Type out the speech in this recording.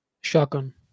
Shotgun